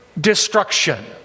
destruction